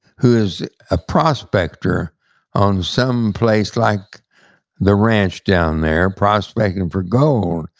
who is a prospector on some place like the ranch down there, prospecting for gold,